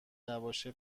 نباشه